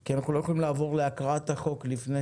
כי אנחנו לא יכולים לעבור להקראת החוק לפני